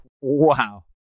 wow